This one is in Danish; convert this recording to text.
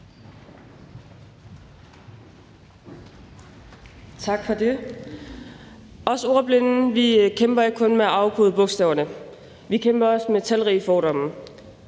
Tak for det. Os ordblinde kæmper ikke kun med at afkode bogstaverne. Vi kæmper også med talrige fordomme.